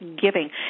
giving